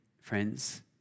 friends